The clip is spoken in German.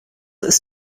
ist